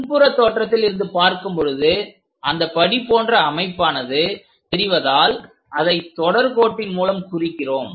முன்புற தோற்றத்தில் இருந்து பார்க்கும் பொழுது அந்த படி போன்ற அமைப்பானது தெரிவதால் அதைத் தொடர் கோட்டின் மூலம் குறிக்கிறோம்